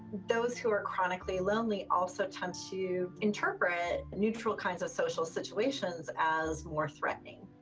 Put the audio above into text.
those who are chronically lonely also tend to interpret neutral kinds of social situations as more threatening.